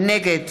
נגד